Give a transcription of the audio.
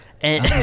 and-